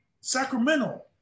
Sacramento